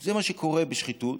זה מה שקורה בשחיתות.